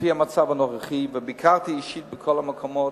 לפי המצב הנוכחי, וביקרתי אישית בכל המקומות,